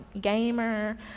gamer